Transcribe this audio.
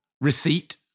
receipt